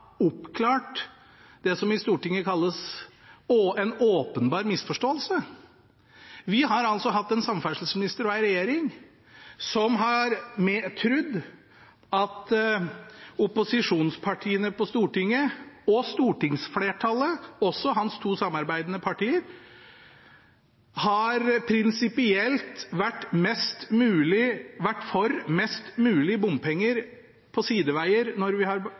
en samferdselsminister og en regjering som har trodd at opposisjonspartiene på Stortinget og stortingsflertallet – også deres to samarbeidende partier – prinsipielt har vært for mest mulig bompenger på sideveger i bompengeprosjekter. Siste taler sa til og med at det har